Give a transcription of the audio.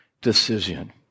decision